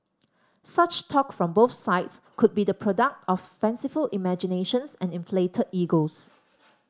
such talk from both sides could be the product of fanciful imaginations and inflated egos